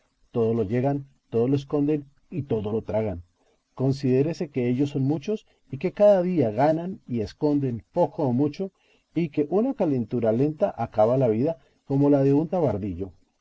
todo lo llegan todo lo esconden y todo lo tragan considérese que ellos son muchos y que cada día ganan y esconden poco o mucho y que una calentura lenta acaba la vida como la de un tabardillo